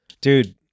Dude